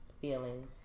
Feelings